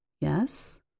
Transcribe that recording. Yes